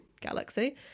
galaxy